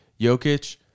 Jokic